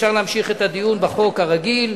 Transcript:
אפשר להמשיך את הדיון בחוק הרגיל,